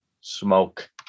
Smoke